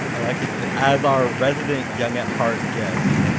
alexis, as our resident, young-at-heart guest,